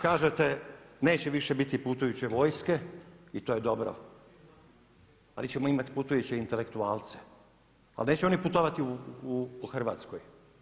Kažete neće više biti putujuće vojske i to je dobro, ali ćemo imati putujuće intelektualce, ali neće oni putovati po Hrvatskoj.